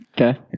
Okay